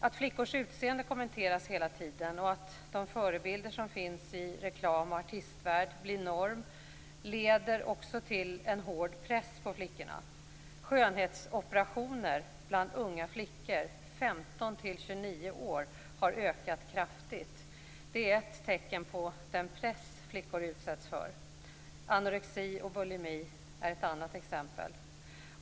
Att flickors utseende kommenteras hela tiden, och att de förebilder som finns i reklam och artistvärld blir norm leder också till en hård press på flickorna. Skönhetsoperationer bland unga flickor, 15-29 år, har ökat kraftigt. Det är ett tecken på den press som flickor utsätts för. Anorexi och bulimi är ett annat exempel.